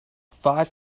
five